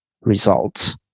results